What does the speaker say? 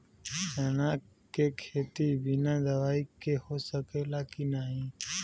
चना के खेती बिना दवाई के हो सकेला की नाही?